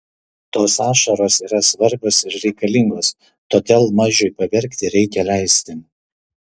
tos ašaros yra svarbios ir reikalingos todėl mažiui paverkti reikia leisti